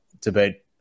debate